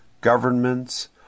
GOVERNMENTS